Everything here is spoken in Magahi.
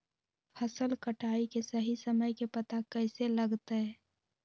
फसल कटाई के सही समय के पता कैसे लगते?